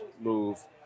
move